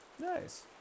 Nice